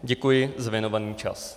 Děkuji za věnovaný čas.